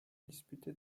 disputé